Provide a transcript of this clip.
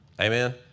Amen